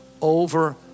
over